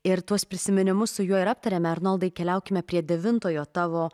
ir tuos prisiminimus su juo ir aptariame arnoldai keliaukime prie devintojo tavo